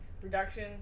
Production